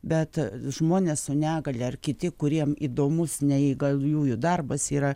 bet žmonės su negalia ar kiti kuriem įdomus neįgaliųjų darbas yra